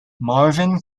marvin